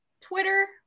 Twitter